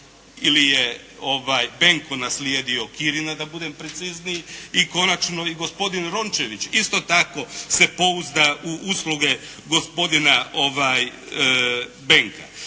ili je Benko naslijedio Kirina da budem precizniji. I konačno gospodin Rončević isto tako se pouzda u usluge gospodina Benka.